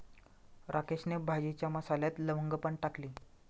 राकेशने भाजीच्या मसाल्यात लवंग पण टाकली